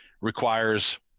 requires